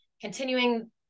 continuing